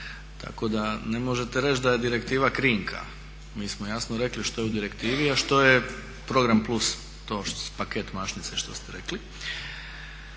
tako da ne možete reći da je direktiva krinka. Mi smo jasno rekli što je u direktivi, a što je program plus, to paket mašnice što ste rekli.